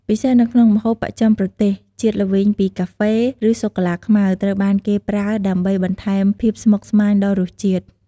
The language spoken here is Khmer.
ពិសេសនៅក្នុងម្ហូបបស្ចិមប្រទេស ជាតិល្វីងពីកាហ្វេ ឬសូកូឡាខ្មៅ ត្រូវបានគេប្រើដើម្បីបន្ថែមភាពស្មុគស្មាញដល់រសជាតិ។